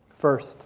First